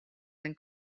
than